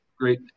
great